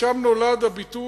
משם נולד הביטוי,